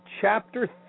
Chapter